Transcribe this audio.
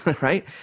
right